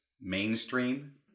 mainstream